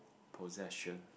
possession